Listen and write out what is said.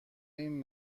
این